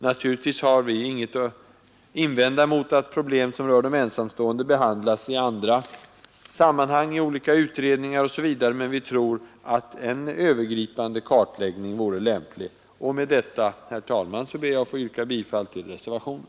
Naturligtvis har vi inget att invända mot att frågor som rör de ensamstående behandlas i andra sammanhang, i olika utredningar osv., men vi tror att en övergripande kartläggning vore lämplig. Med detta, herr talman, ber jag att få yrka bifall till reservationen.